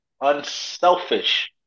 unselfish